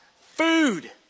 Food